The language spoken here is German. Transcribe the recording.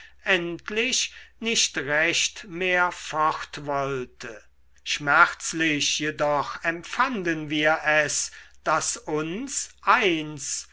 endlich nicht recht mehr fortwollte schmerzlich jedoch empfanden wir es daß uns eins